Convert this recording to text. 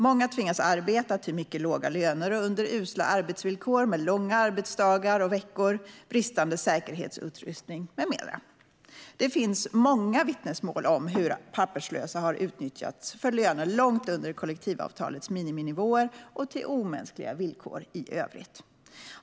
Många tvingas arbeta till mycket låga löner och under usla arbetsvillkor med långa arbetsdagar och veckor, bristande säkerhetsutrustning med mera. Det finns många vittnesmål om hur papperslösa har utnyttjats för löner långt under kollektivavtalets miniminivåer och till omänskliga villkor i övrigt.